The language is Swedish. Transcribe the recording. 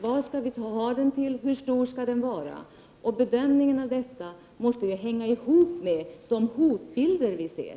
Vad skall vi ha den till? Hur stor skall den vara? Bedömningen av detta måste hänga ihop med de hotbilder vi ser.